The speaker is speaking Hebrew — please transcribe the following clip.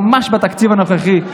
ממש בתקציב הנוכחי,